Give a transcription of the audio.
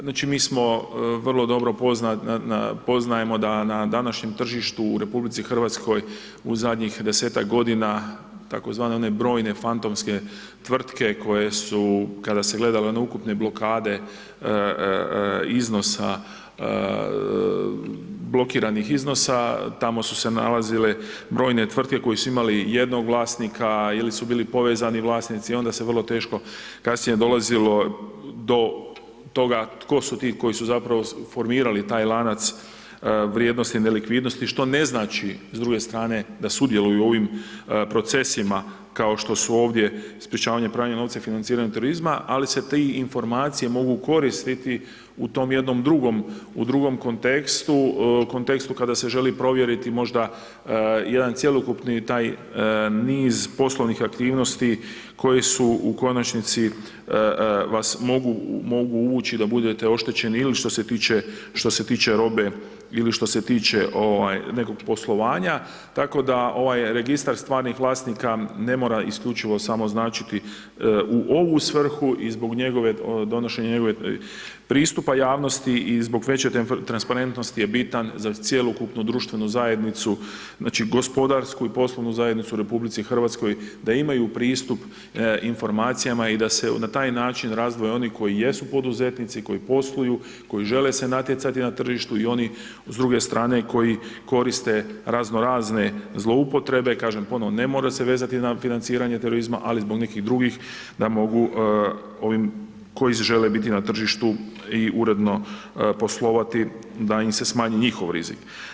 Znači mi smo vrlo dobro poznajemo da na današnjem tržištu u RH u zadnjih desetak godina tzv. one brojne fantomske tvrtke koje su kada se gledalo na ukupne blokade iznosa blokiranih iznosa, tamo su se nalazile brojne tvrtke koje su imale jednog vlasnika ili su bili povezani vlasnici, onda se vrlo teško kasnije dolazilo do toga tko su ti koji su zapravo formirali taj lanac vrijednosti nelikvidnosti, što ne znači, s druge strane da sudjeluju u ovim procesima kao što su ovdje sprečavanje pranje novca i financiranje turizma, ali se ti informacije mogu koristiti u tom jednom drugom kontekstu, kontekstu kada se želi provjeriti možda jedan cjelokupni taj niz poslovnih aktivnosti koji su u konačnici vas mogu uvući da budete oštećeni ili što se tiče robe ili što se tiče ovaj nekog poslovanja, tako da ovaj Registar stvarnih vlasnika ne mora isključivo samo značiti u ovu svrhu i zbog njegove donošenja njegove pristupa javnosti i zbog veće transparentnosti je bitan za cjelokupni društvenu zajednicu, znači gospodarsku i poslovnu zajednicu u RH, da imaju pristup informacijama i da se na taj način razdvoje oni koji jesu poduzetnici, koji posluju, koji žele se natjecati na tržištu i oni s druge strane koji koriste raznorazne zloupotrebe, kažem ponovno ne mora se vezati na financiranje terorizma, ali zbog nekih drugih da mogu ovim koji žele biti na tržištu i uredno poslovati da im se smanji njihov rizik.